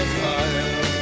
fire